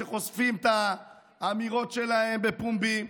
שחושפים את האמירות שלהם בפומבי,